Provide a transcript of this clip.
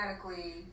automatically